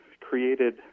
created